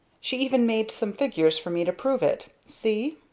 she even made some figures for me to prove it see.